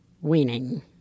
Weaning